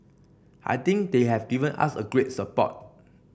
I think they have given us a great support